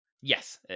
Yes